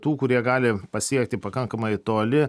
tų kurie gali pasiekti pakankamai toli